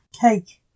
cake